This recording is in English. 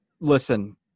Listen